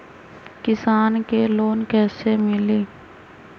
किसान के लोन कैसे मिली?